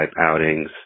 outings